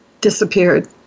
disappeared